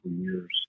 years